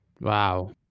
Wow